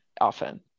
often